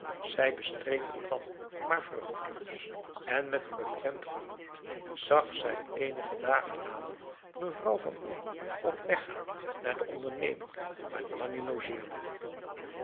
zij bestreed het plan maar vruchteloos en met een beklemd gemoed zag zij eenige dagen later mevrouw van olm op weg gaan naar de onderneming waar nanni logeerde